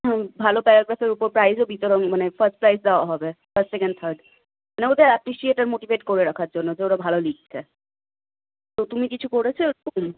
হুম ভালো প্যার্যাগ্রাফের উপর প্রাইজও বিতরণ মানে ফার্স্ট প্রাইজ দেওয়া হবে ফার্স্ট সেকেন্ড থার্ড না ওটা অ্যাপ্রিশিয়েট আর মোটিভেট করে রাখার জন্য যে ওরা ভালো লিখছে তো তুমি কিছু করেছ এরকম